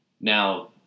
Now